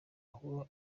ngo